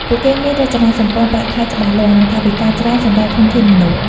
ពួកគេមានរចនាសម្ព័ន្ធប្រាក់ខែច្បាស់លាស់ និងថវិកាច្រើនសម្រាប់ធនធានមនុស្ស។